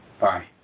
bye